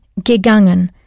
gegangen